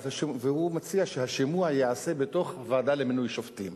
והוא מציע שהשימוע ייעשה בוועדה למינוי שופטים.